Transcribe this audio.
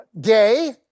Gay